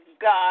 God